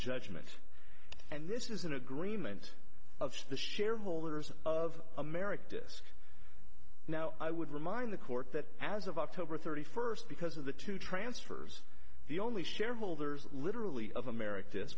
judgment and this is an agreement of the shareholders of america this now i would remind the court that as of october thirty first because of the two transfers the only shareholders literally of america